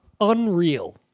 unreal